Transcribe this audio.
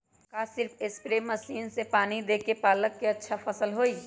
का सिर्फ spray machine से पानी देके पालक के अच्छा फसल होई?